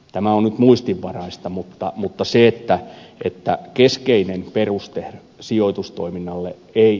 tämä on nyt muistinvaraista mutta siitä että keskeinen peruste sijoitustoiminnalle ei